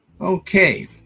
Okay